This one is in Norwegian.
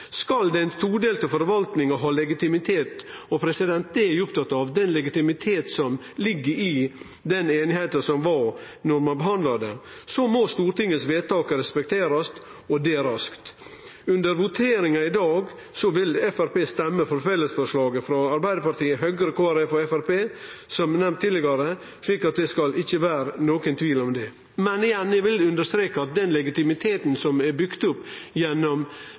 Skal den todelte forvaltninga ha legitimitet – og det eg er opptatt av, er den legitimiteten som ligg i den einigheita som var då ein behandla den – må Stortingets vedtak respekterast, og det raskt. Under voteringa i dag vil Framstegspartiet stemme for fellesforslaget frå Arbeidarpartiet, Høgre, Kristeleg Folkeparti og Framstegspartiet, som nemnt tidlegare, slik at det ikkje skal vere nokon tvil om det. Men igjen vil eg understreke at den legitimiteten som er bygd opp gjennom